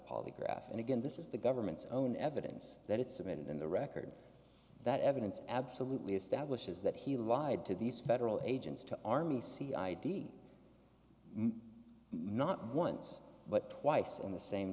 polygraph and again this is the government's own evidence that it's submitted in the record that evidence absolutely establishes that he lied to these federal agents to army see id not once but twice on the same